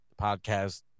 podcast